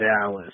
Dallas